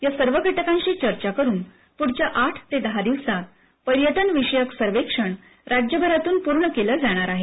या सर्व घटकांशी चर्चा करून पुढच्या आठ ते दहा दिवसातपर्यटन विषयक सर्वेक्षणराज्यभरातून पूर्ण केलं जाणार आहे